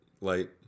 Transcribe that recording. light